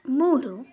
ಮೂರು